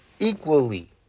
equally